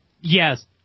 Yes